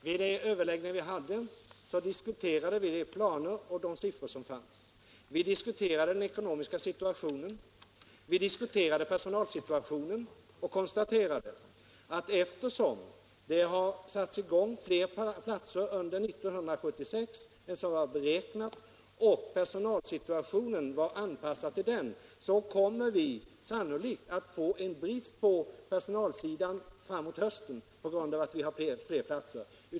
Herr talman! Som jag förut sagt diskuterade vi de planer och det siffermaterial som fanns. Vi diskuterade den ekonomiska situationen och personalsituationen och konstaterade, att eftersom det ordnats fler platser under 1976 än vad som beräknats och personalsituationen var anpassad till det lägre antalet, kommer vi sannolikt att framemot hösten få en brist på personal.